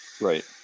right